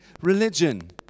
religion